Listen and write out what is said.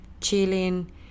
chilling